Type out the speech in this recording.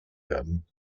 werden